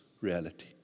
reality